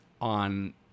on